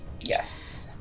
Yes